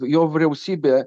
jo vyriausybė